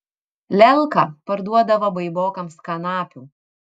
lelka parduodavo baibokams kanapių